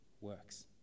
works